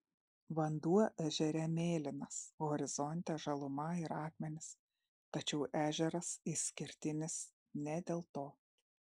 vanduo ežere mėlynas horizonte žaluma ir akmenys tačiau ežeras išskirtinis ne dėl to